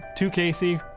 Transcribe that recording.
to casey,